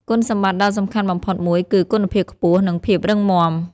គុណសម្បត្តិដ៏សំខាន់បំផុតមួយគឺ គុណភាពខ្ពស់ និងភាពរឹងមាំ។